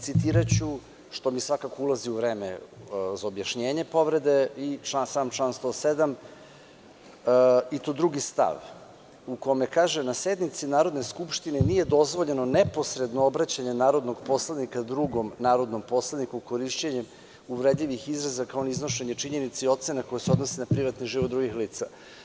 Citiraću, što mi svakako ulazi u vreme za objašnjenje povrede, sam član 107. i to drugi stav – na sednici Narodne skupštine nije dozvoljeno neposredno obraćanje narodnog poslanika drugom narodnom poslaniku korišćenjem uvredljivih izraza, kao ni iznošenje činjenica i ocena koje se odnose na privatni život drugih lica.